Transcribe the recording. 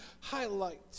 highlight